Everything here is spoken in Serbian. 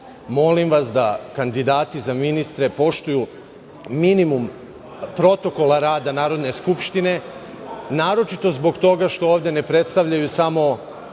njima. Molim vas da kandidati za ministre poštuju minimum protokola rada Narodne skupštine, naročito zbog toga što ovde ne predstavljaju samo